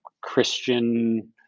Christian